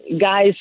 guys